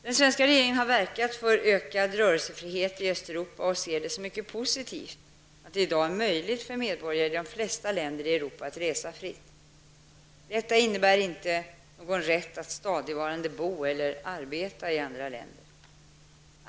Den svenska regeringen har verkat för ökad rörelsefrihet i Östeuropa och ser det som mycket positivt att det i dag är möjligt för medborgare i de flesta länder i Europa att resa fritt. Detta innebär emellertid inte någon rätt att stadigvarande bo eller arbeta i andra länder.